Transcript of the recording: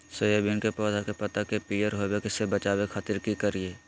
Soybean के पौधा के पत्ता के पियर होबे से बचावे खातिर की करिअई?